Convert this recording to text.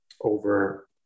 over